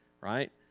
right